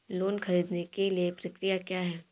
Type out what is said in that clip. Loan ख़रीदने के लिए प्रक्रिया क्या है?